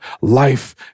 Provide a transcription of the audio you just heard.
life